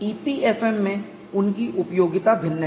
EPFM में उनकी उपयोगिता भिन्न है